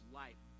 life